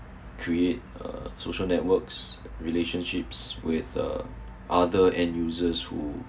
create uh social networks relationships with the other end users who